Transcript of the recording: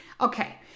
Okay